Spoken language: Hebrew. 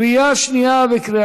עבר בקריאה שלישית